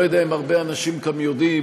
אני לא יודע אם הרבה אנשים כאן יודעים,